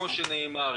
כפי שנאמר,